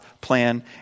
plan